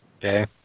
Okay